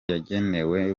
yagenewe